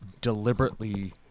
deliberately